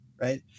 right